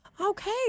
Okay